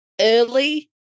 early